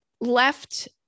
left